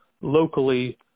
locally